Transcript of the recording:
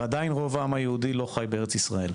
ועדיין רוב העם היהודי לא חי בארץ ישראל.